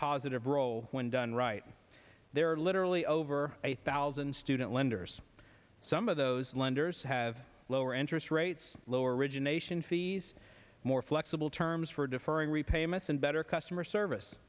positive role when done right there are literally over a thousand student lenders some of those lenders have lower interest rates lower origination fees more flexible terms for deferring repayments and better customer service